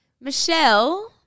Michelle